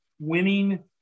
winning